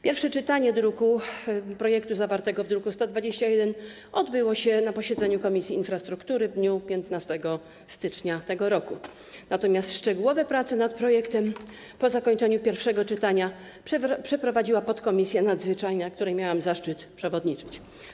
Pierwsze czytanie projektu zawartego w druku nr 121 odbyło się na posiedzeniu Komisji Infrastruktury w dniu 15 stycznia tego roku, natomiast szczegółowe prace nad projektem po zakończeniu pierwszego czytania przeprowadziła podkomisja nadzwyczajna, której miałam zaszczyt przewodniczyć.